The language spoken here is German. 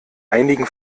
einigen